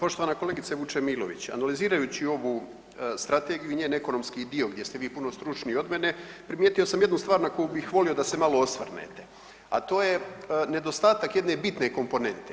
Poštovana kolegice Vučemilović, analizirajući ovu strategiju i njen ekonomski dio gdje ste vi puno stručniji od mene primijetio sam jednu stvar na koju bih volio da se malo osvrnete, a to je nedostatak jedne bitne komponente.